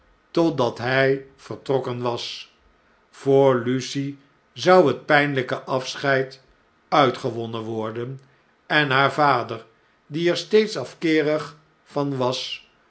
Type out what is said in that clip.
totdat hij vertrokken was voor lucie zou het pn'nljjke afscheid uitgewonnen worden en haar vader die er steeds afkeerig van was